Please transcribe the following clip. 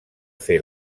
fer